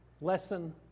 lesson